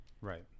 Right